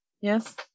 yes